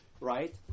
Right